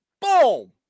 Boom